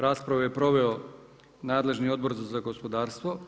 Raspravu je proveo nadležni Odbor za gospodarstvo.